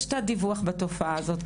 יש תת דיווח בתופעה הזאת,